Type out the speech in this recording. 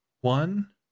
one